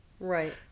Right